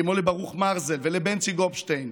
כמו לברוך מרזל ולבנצי גופשטיין,